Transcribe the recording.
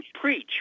preach